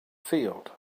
field